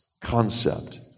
concept